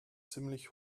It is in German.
ziemlich